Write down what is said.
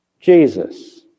Jesus